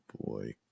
boy